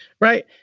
Right